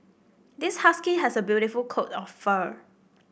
this husky has a beautiful coat of fur